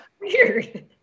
weird